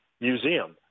museum